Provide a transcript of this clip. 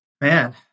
Man